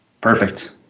Perfect